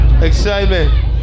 Excitement